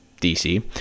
DC